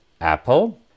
Apple